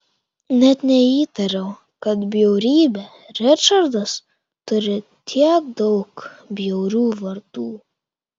net neįtariau kad bjaurybė ričardas turi tiek daug bjaurių vardų